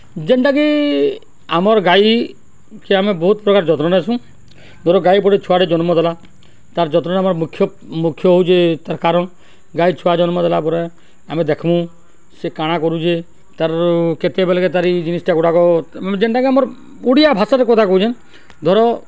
ଯେନ୍ଟାକି ଆମର୍ ଗାଈକେ ଆମେ ବହୁତ ପ୍ରକାର ଯତ୍ନରେ ଆସୁଁ ଧର ଗାଈ ପୋଟେ ଛୁଆଟେ ଜନ୍ମ ଦେଲା ତାର୍ ଯତ୍ନ ନେବାର୍ ମୁଖ୍ୟ ମୁଖ୍ୟ ହଉଚେ ତାର୍ କାରଣ୍ ଗାଈ ଛୁଆ ଜନ୍ମ ଦେଲା ପରେ ଆମେ ଦେଖ୍ମୁ ସେ କାଣା କରୁଚେ ତାର୍ କେତେବେଲ୍କେ ତାର୍ ଇ ଜିନିଷ୍ଟା ଗୁଡ଼ାକା ତାମାନେ ଯେନ୍ଟାକି ଆମର୍ ଓଡ଼ିଆ ଭାଷାରେ କଥା କହୁଚେଁ ଧର